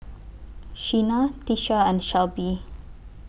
Sheena Tisha and Shelbie